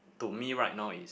to me right now is